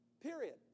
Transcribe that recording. Period